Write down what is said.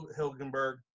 Hilgenberg